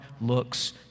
looks